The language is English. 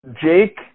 Jake